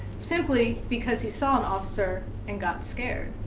simply because he saw an officer and got scared.